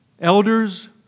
Elders